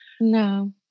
No